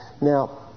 Now